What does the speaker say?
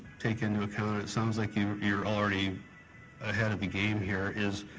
take into account, it sounds like you're you're already ahead of the game here, is,